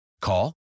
Call